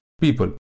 people